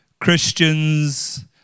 Christians